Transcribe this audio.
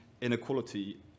inequality